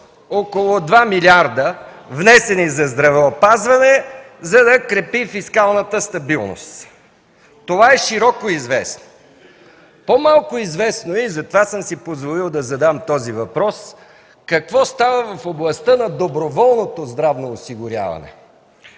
около два милиарда, внесени за здравеопазване, за да крепи фискалната стабилност. Това е широко известно. По-малко известно е, и затова съм си позволил да задам този въпрос – какво става в областта на доброволното здравно осигуряване,